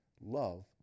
Love